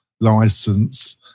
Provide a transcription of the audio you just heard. license